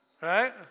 right